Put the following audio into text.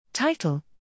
Title